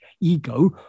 ego